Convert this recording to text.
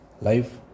Life